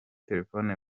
telefoni